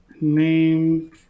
name